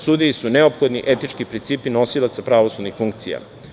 Sudiji su neophodni etički principi nosilaca pravosudnih funkcija.